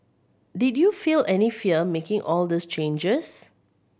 did you feel any fear making all these changes